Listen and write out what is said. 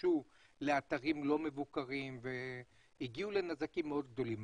שגלשו לאתרים לא מבוקרים והגיעו לנזקים מאוד גדולים.